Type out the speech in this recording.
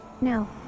No